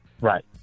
Right